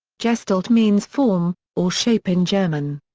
gestalt means form or shape in german.